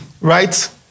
right